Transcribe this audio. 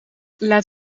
laat